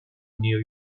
new